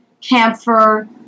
camphor